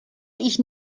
ich